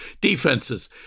defenses